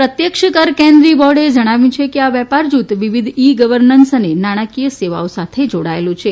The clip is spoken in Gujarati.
પ્રત્યક્ષ કર કેન્દ્રિય બોર્ડે ણાવ્યું છે કે આ વેપાર જુથ વિવિધ ઇ ગવર્નન્સ અને નાણાંકીય સેવાઓ સાથે ૌડાયેલુ છે